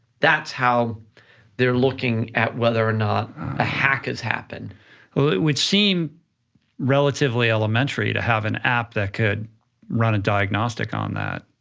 that's how they're looking at whether or not a hack has happened. it would seem relatively elementary to have an app that could run a diagnostic on that,